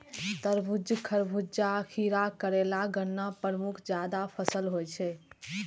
तरबूज, खरबूजा, खीरा, करेला, गन्ना प्रमुख जायद फसल होइ छै